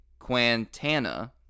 quantana